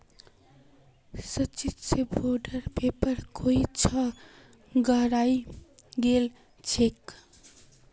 सचिन स बॉन्डेर पेपर कोई छा हरई गेल छेक